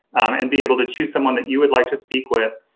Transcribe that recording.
and be able to choose someone that you would like to speak with,